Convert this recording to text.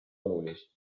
olulist